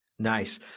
Nice